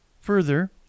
Further